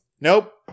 Nope